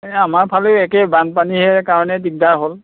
এই আমাৰ ফালে একেই বানপানীৰ সেই কাৰণে দিগদাৰ হ'ল